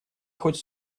хоть